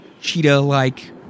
cheetah-like